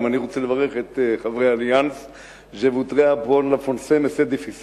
גם אני רוצה לברך את חברי "אליאנס"; (אומר מלים בשפה הצרפתית)